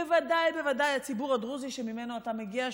בוודאי ובוודאי הציבור הדרוזי שממנו אתה מגיע,